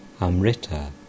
Amrita